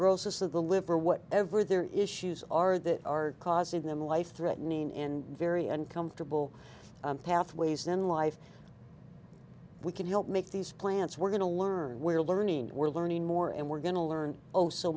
of the liver or whatever their issues are that are causing them life threatening and very uncomfortable pathways in life we can help make these plants we're going to learn we're learning we're learning more and we're going to learn